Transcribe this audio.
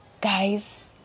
guys